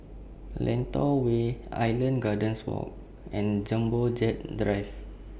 Lentor Way Island Gardens Walk and Jumbo Jet Drive